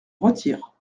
retire